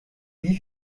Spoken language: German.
wie